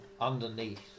underneath